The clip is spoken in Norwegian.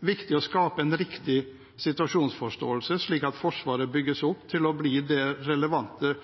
viktig å skape en riktig situasjonsforståelse, slik at Forsvaret bygges opp til å bli det relevante